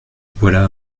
voilà